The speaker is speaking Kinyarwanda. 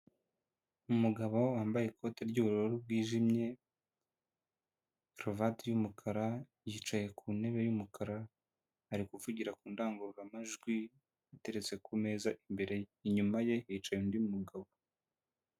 Umugabo wambaye ikote ry'ubururu bwijimye, karuvati y'umukara, yicaye ku ntebe y'umukara, ari kuvugira ku ndangururamajwi, iteretse ku meza imbere ye. Inyuma ye, hicaye undi mugabo.